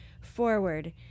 forward